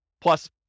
plus